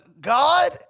God